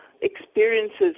experiences